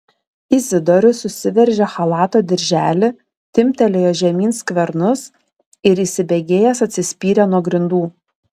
izidorius susiveržė chalato dirželį timptelėjo žemyn skvernus ir įsibėgėjęs atsispyrė nuo grindų